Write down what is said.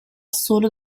solo